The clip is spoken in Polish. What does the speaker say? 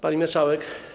Pani Marszałek!